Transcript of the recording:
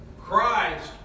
Christ